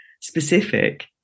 specific